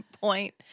point